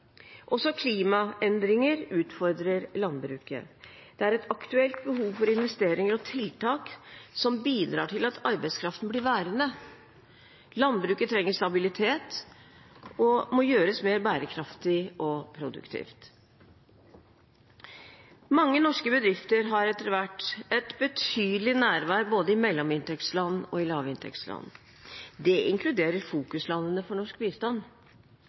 Også klimaendringer utfordrer landbruket. Det er et aktuelt behov for investeringer og tiltak som bidrar til at arbeidskraften blir værende. Landbruket trenger stabilitet og må gjøres mer bærekraftig og produktivt. Mange norske bedrifter har etter hvert et betydelig nærvær både i mellominntektsland og i lavinntektsland. Det inkluderer fokuslandene for norsk bistand.